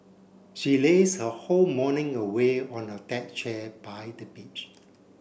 she lazed her whole morning away on a deck chair by the beach